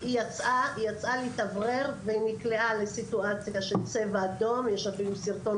היא יצאה להתאוורר ונקלעה לסיטואציה של צבע אדום יש אפילו סרטון